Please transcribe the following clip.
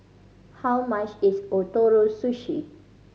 how much is Ootoro Sushi